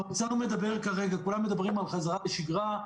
האוצר מדבר כרגע, כולם מדברים על חזרה לשגרה.